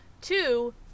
Two